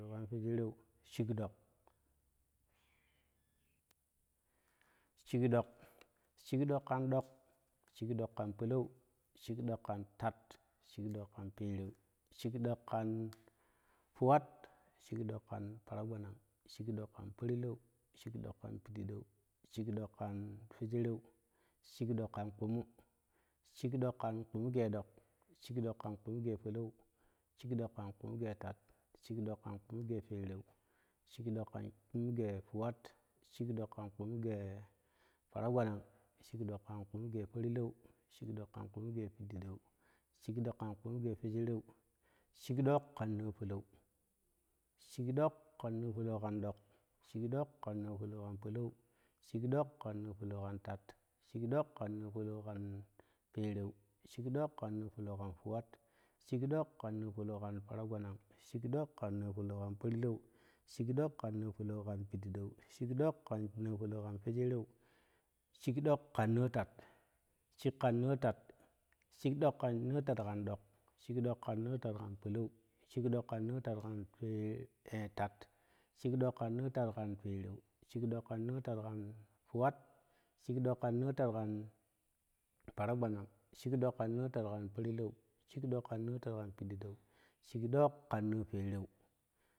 Ƙan fwejereu shik ɗak shik ɗok shikɗok shikɗok ƙan ɗok shiƙ ɗok ƙan pereu shin ɗok ƙan fuwat shik daka kan para gbanaa shik ɗok ƙan porlou shikɗok kan para gbanaa shikɗok kan piɗeu shik ɗok kan fewedereu shikɗok kan kpumu ge ɗok shiƙ ɗok ƙan kpumuge polou shikdok ƙan kpumu ge tat shikdok ƙan kpumu ge pereu shikɗok kan kpumu ge fuwat shikɗok kan kpumu ge paragbanan shikɗok kankpumu ge porlou shik ɗok kan pumuge piideu shik dok kan kpumu ge fewsereu shikɗok ƙan noo polou shik ɗok kan noo polou kan ɗok shikɗok kan noo polou kan tat shikɗok kan noo polou ƙan fuwat shikɗok kan noo polou kan paragbanan shik ɗok kainoo polou kan fwejeren shinɗok kainoo polou kan fwejereu shireɗok kan noo tat shik kan moo tat shikɗok kainoo polou kan fwejereu shindok kai noo tat shik kan noo tat shikɗok ƙan noo tat ƙan dok shik ɗok kan nootat kan polou shik ɗok shik ɗok kan nootat kan polou shikɗok ƙan noo tat ƙan fwe e tat shik ɗok kan noo tat kan paragbanau shik ɗok kan noo tat ƙan porlou shik ɗok kan noo pereu.